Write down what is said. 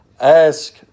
ask